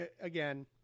again